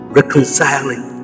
reconciling